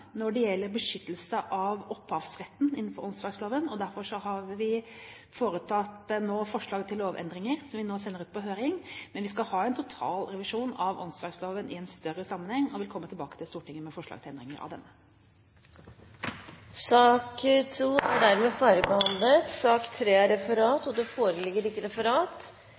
når det gjelder beskyttelse av opphavsretten innenfor åndsverksloven. Derfor har vi foreslått lovendringer som vi nå sender ut på høring. Men vi skal ha en total revisjon av åndsverksloven i en større sammenheng, og vil komme tilbake til Stortinget med forslag til endringer av denne. Sak nr. 2 er dermed ferdigbehandlet. Det foreligger ikke noe referat. Dermed er dagens kart ferdigbehandlet. Presidenten antar at representanten Thommessen ikke